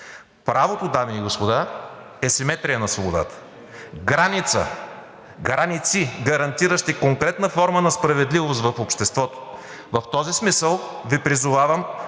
Правото, дами и господа, е симетрия на свободата. Граници, гарантиращи конкретна форма на справедливост в обществото. В този смисъл Ви призовавам